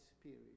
spirit